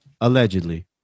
allegedly